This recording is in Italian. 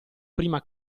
prima